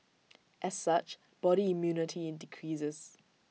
as such body immunity decreases